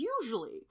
Usually